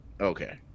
Okay